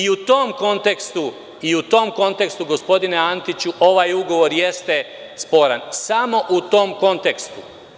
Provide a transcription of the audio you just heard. U tom kontekstu, gospodine Antiću, ovaj ugovor jeste sporan, samo u tom kontekstu.